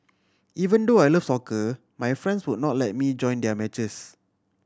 even though I love soccer my friends would not let me join their matches